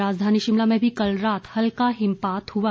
राजधानी शिमला में भी कल रात हल्का हिमपात हुआ